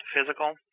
physical